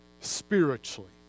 spiritually